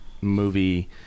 movie